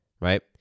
right